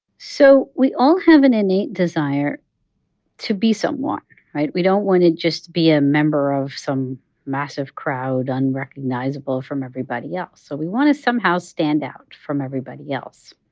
so we all have an innate desire to be someone, right? we don't want to just be a member of some massive crowd unrecognizable from everybody else. so we want to somehow stand out from everybody else.